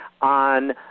on